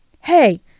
Hey